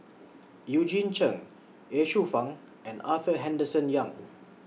Eugene Chen Ye Shufang and Arthur Henderson Young